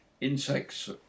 insects